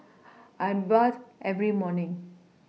I bathe every morning